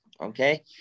Okay